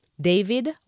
David